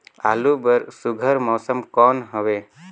आलू बर सुघ्घर मौसम कौन हवे?